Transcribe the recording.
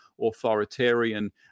authoritarian